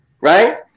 Right